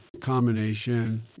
combination